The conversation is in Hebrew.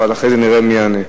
אבל אחרי זה נראה מי יענה.